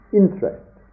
interest